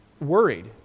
worried